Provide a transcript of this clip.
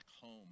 home